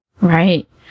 Right